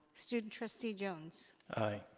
student trustee jones. aye.